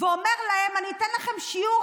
ואומר להם: אני אתן לכם שיעור.